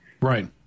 right